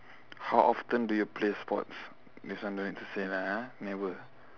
how often do you play sports this I one don't need to say lah ha never